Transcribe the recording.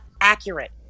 accurate